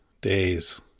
days